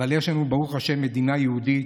אבל יש לנו ברוך השם מדינה יהודית.